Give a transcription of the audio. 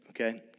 okay